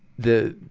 the,